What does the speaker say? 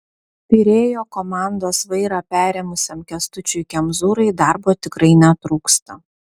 pirėjo komandos vairą perėmusiam kęstučiui kemzūrai darbo tikrai netrūksta